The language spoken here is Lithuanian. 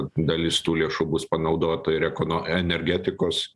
dalis tų lėšų bus panaudota ir ekono energetikos